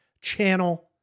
channel